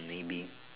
maybe